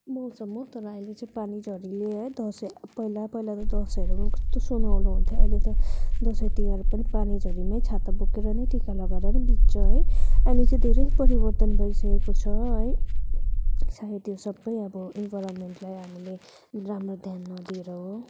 मौसम हो तर अहिले चाहिँ पानी झरीले है दसैँ पहिला पहिलाको दसैँहरू पनि कस्तो सुनौलो हुन्थ्यो अहिले त दसैँ तिहार पनि पानी झरीमै छाता बोकेर नै टिका लगाएर नै बित्छ है अहिले चाहिँ धेरै पतिवर्तन भइसकेको छ है सायद यो सबै अब इन्भाइरोन्मेन्टलाई हामीले राम्रो ध्यान नदिएर हो